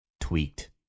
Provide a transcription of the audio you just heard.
tweaked